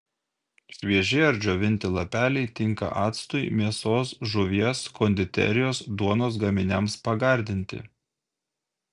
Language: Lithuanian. švieži ar džiovinti lapeliai tinka actui mėsos žuvies konditerijos duonos gaminiams pagardinti